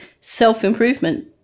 self-improvement